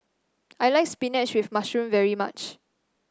I like spinach with mushroom very much